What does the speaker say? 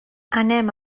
anem